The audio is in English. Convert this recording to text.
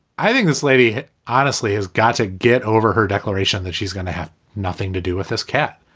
i think this lady honestly has gotta get over her declaration that she's going to have nothing to do with this cat.